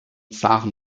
zaren